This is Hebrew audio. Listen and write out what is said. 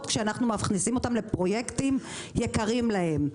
כשאנחנו מכניסים אותם לפרויקטים יקרים להם.